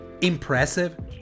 impressive